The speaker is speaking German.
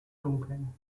dunkeln